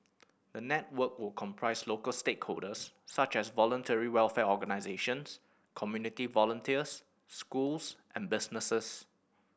the network will comprise local stakeholders such as voluntary welfare organisations community volunteers schools and businesses